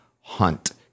hunt